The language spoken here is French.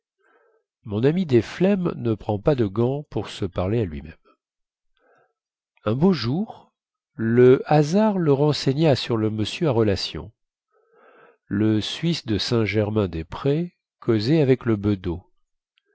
mon ami desflemmes ne prend pas de gants pour se parler à luimême un beau jour le hasard le renseigna sur le monsieur à relations le suisse de saint-germain-des-prés causait avec le bedeau